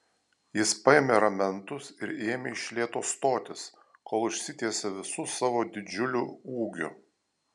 jis paėmė ramentus ir ėmė iš lėto stotis kol išsitiesė visu savo didžiuliu ūgiu